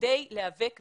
כדי להיאבק בבעיה,